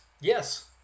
yes